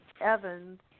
Evans